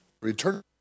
return